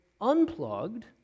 unplugged